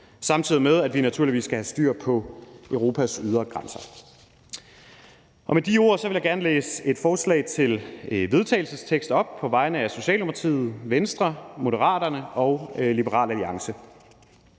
samtidig med at vi naturligvis skal have styr på Europas ydre grænser. Med de ord vil jeg gerne læse et forslag til vedtagelse op på vegne Socialdemokratiet, Venstre, Moderaterne og Liberal Alliance: